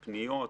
פניות,